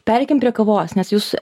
pereikim prie kavos nes jūs